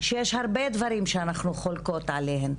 שיש הרבה דברים שאנחנו חולקות עליהן,